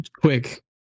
quick